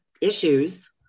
issues